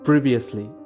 Previously